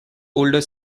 older